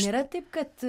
nėra taip kad